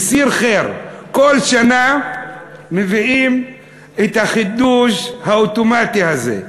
"בּיציר ח'יר"; כל שנה מביאים את החידוש האוטומטי הזה,